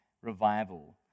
revival